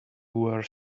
were